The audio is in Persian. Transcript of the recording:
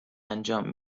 انجام